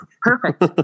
Perfect